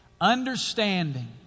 Understanding